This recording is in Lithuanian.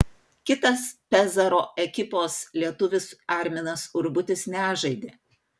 kitas pezaro ekipos lietuvis arminas urbutis nežaidė